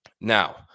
Now